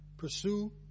Pursue